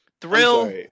Thrill